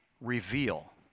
reveal